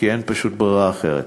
כי פשוט אין ברירה אחרת.